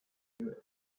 there